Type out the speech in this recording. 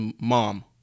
mom